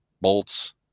bolts